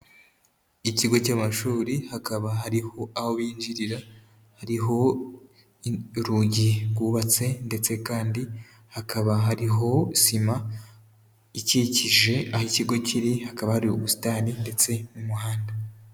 Ikigo cy'amashuri, hakaba hariho aho binjirira, hariho urugi rwubatse ndetse kandi hakaba hariho sima, ikikije aho ikigo kiri, hakaba ari ubusitani ndetse n'umuhanda.